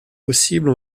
possibles